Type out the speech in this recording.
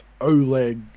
Oleg